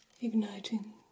igniting